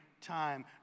time